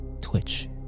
twitch